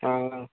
आं आं